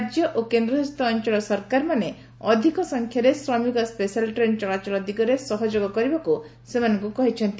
ରାଜ୍ୟ ଓ କେନ୍ଦ୍ର ଶାସିତ ଅଞ୍ଚଳ ସରକାରମାନେ ଅଧିକ ସଂଖ୍ୟାରେ ଶ୍ରମିକ ସ୍କେଶାଲ୍ ଟ୍ରେନ୍ ଚଳାଚଳ ଦିଗରେ ସହଯୋଗ କରିବାକୁ ସେମାନଙ୍କୁ କହିଛନ୍ତି